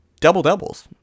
double-doubles